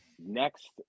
Next